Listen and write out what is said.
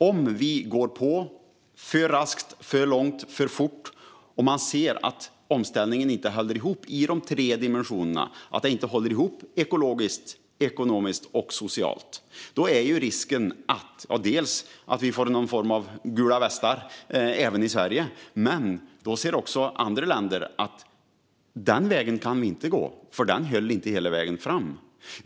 Om vi går på för raskt och för långt och man ser att omställningen inte håller ihop i de tre dimensionerna - ekologiskt, ekonomiskt och socialt - är risken att vi får någon form av gula västar även i Sverige. Men andra länder ser i så fall också att de inte kan gå samma väg eftersom den inte höll hela vägen fram.